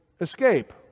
escape